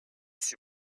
suis